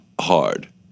hard